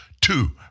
two